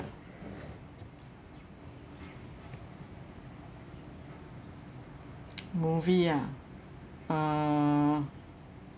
move ah uh